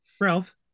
Ralph